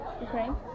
Ukraine